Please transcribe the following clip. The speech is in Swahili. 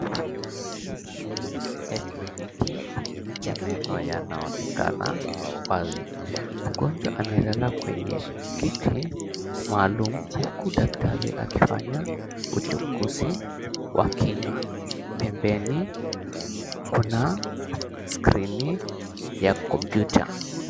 Mazingira ya kliniki ya meno yanaonekana wazi. Mgonjwa amelala kwenye kiti maalum huku daktari akifanya uchukuzi wa kinywa. Pembeni kuna skrini ya kompyuta.